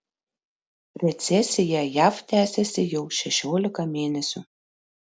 recesija jav tęsiasi jau šešiolika mėnesių